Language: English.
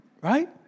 Right